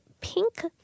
pink